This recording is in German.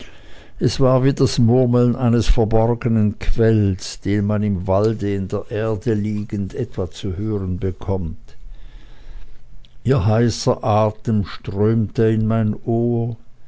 es war wie das murmeln eines verborgenen quells den man im walde an der erde liegend etwa zu hören bekommt ihr heißer atem strömte in mein ohr